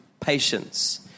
patience